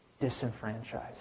Disenfranchised